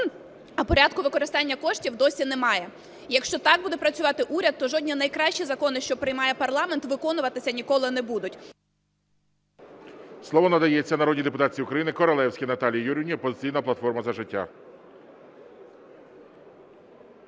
а порядку використання коштів досі немає. Якщо так буде працювати уряд, то жодні найкращі закони, що приймає парламент, виконуватися ніколи не будуть. ГОЛОВУЮЧИЙ. Слово надається Королевській Наталії Юріївні, "Опозиційна платформа – За життя".